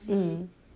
um